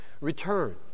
return